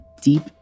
deep